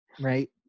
Right